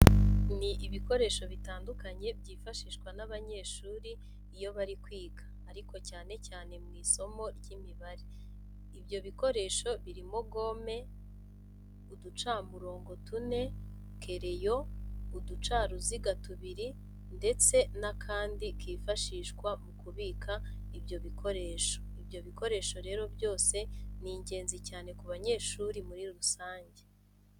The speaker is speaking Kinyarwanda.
Ni ibikoresho bitandukanye byifashishwa n'abanyeshuri iyo bari kwiga ariko cyane cyane mu isimo ry'Imibare. Ibyo bikoresho birimo gome, uducamirongo tune, kereyo, uducaruziga tubiri ndetse n'akandi kifashishwa mu kubika ibyo bikoresho. Ibyo bikoresho rero byose ni ingenzi cyane ku banyeshuri muri rusange.